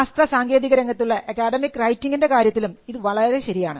ശാസ്ത്രസാങ്കേതിക രംഗത്തുള്ള അക്കാഡമിക് റൈറ്റിംഗിൻറെ കാര്യത്തിലും ഇത് വളരെ ശരിയാണ്